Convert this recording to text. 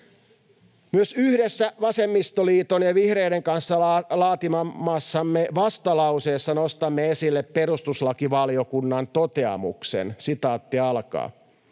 Myös yhdessä vasemmistoliiton ja vihreiden kanssa laatimassamme vastalauseessa nostamme esille perustuslakivaliokunnan toteamuksen: